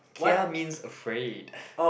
kia means afraid